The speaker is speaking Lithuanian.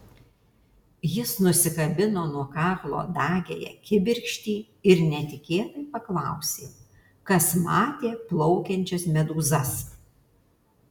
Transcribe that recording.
jis nusikabino nuo kaklo dagiąją kibirkštį ir netikėtai paklausė kas matė plaukiančias medūzas